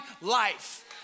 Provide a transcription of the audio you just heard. life